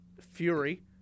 Fury